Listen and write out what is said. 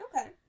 Okay